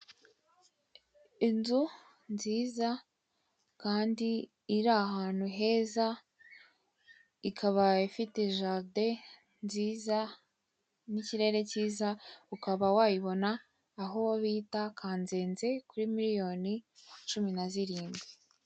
Inzu nziza kandi iri ahantu heza ikaba ifite jaride nziza n'ikirere kiza ukaba wayibona aho bita Kanzenze kuri miriyoni cumi na zirindwi.